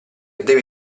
devi